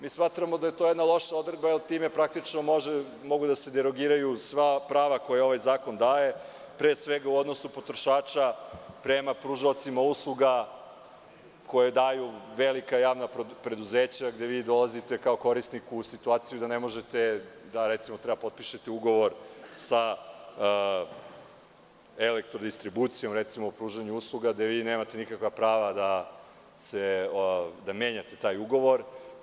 Mi smatramo da je to jedna loša odredba, jer time praktično mogu da se derogiraju sva prava koja ovaj zakon daje, pre svega u odnosu potrošača prema pružaocima usluga koje daju velika javna preduzeća, gde vi dolazite kao korisnik u situaciju da ne možete, recimo, treba da potpišete ugovor sa Elektrodistribucijom, recimo o pružanju usluga, gde vi nemate nikakva prava da menjate taj ugovor.